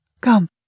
Come